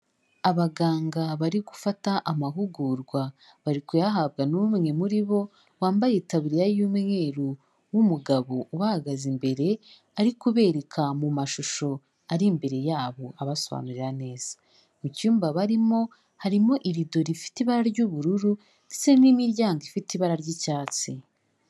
Abaganga bari gufata amahugurwa bari kuyahabwa n'umwe muri bo wambayetabiririya y'umweru w'umugabo uhagaze imbere, ari kubereka mu mashusho ari imbere yabo abasobanurira neza, mu cyumba barimo harimo irido rifite ibara ry'ubururu ndetse n'imiryango ifite ibara ry'icyatsi.